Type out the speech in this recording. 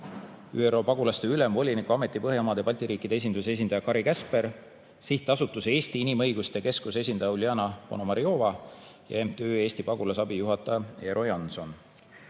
ÜRO Pagulaste Ülemvoliniku Ameti Põhjamaade ja Balti riikide esinduse esindaja Kari Käsper, SA Eesti Inimõiguste Keskus esindaja Uljana Ponomarjova ja MTÜ Eesti Pagulasabi juhataja Eero Janson.